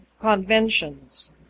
conventions